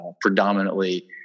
predominantly